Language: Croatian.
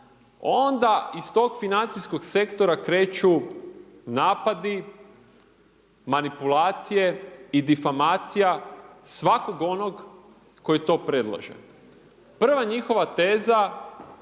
onda iz tog financijskog sektora kreću napadi, manipulacije i difamacija svakog onog koji to predlaže. Prva njihova teza je